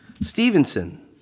Stevenson